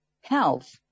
health